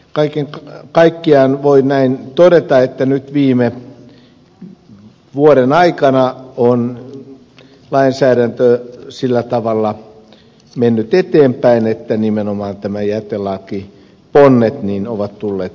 kaiken kaikkiaan voi näin todeta että nyt viime vuoden aikana on lainsäädäntö sillä tavalla mennyt eteenpäin että nimenomaan nämä jätelakiponnet ovat tulleet vastatuiksi